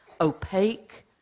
opaque